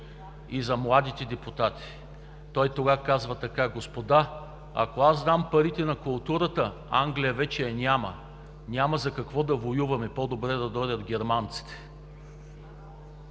И за младите депутати. Тогава той казва така: „Господа, ако аз дам парите на културата, Англия вече я няма – няма за какво да воюваме, по-добре да дойдат германците.“